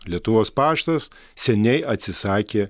lietuvos paštas seniai atsisakė